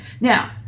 Now